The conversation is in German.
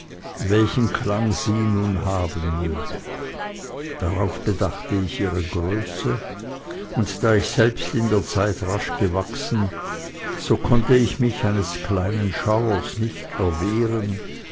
welchen klang sie nun haben möge darauf bedachte ich ihre größe und da ich selbst in der zeit rasch gewachsen so konnte ich mich eines kleinen schauers nicht erwehren